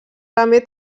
també